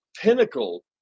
pinnacle